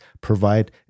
provide